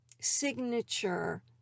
signature